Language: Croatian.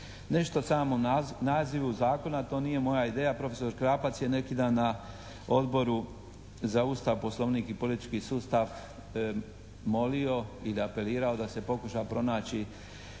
Nešto samo o nazivu zakona. To nije moja ideja. Profesor Krapac je neki dan na Oboru za Ustav, Poslovnik i politički sustav molio i apelirao da se pokuša pronaći